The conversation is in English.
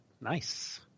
Nice